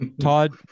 todd